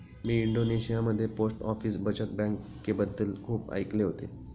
मी इंडोनेशियामध्ये post office बचत बँकेबद्दल खूप ऐकले होते